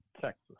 Texas